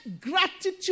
gratitude